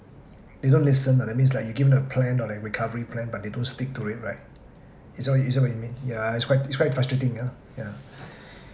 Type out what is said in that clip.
they don't listen ah that means like you give them a plan or like recovery plan but they don't stick to it right is that is that what you mean yeah its quite it's quite frustrating yeah yeah